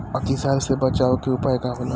अतिसार से बचाव के उपाय का होला?